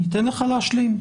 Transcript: ניתן לך להשלים.